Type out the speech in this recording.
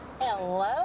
Hello